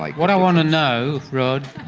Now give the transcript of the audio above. like what i want to know, rod,